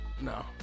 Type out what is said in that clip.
No